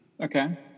Okay